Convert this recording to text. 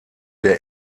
der